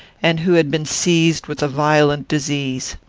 and who had been seized with a violent disease.